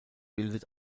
bildet